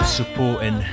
supporting